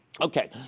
Okay